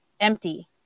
empty